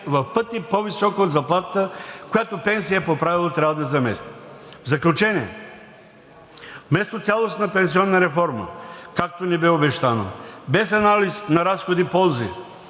в пъти по-висока от заплатата, която пенсия по правило трябва да замести. В заключение. Вместо цялостна пенсионна реформа, както ни бе обещано, без анализ на разходи и ползи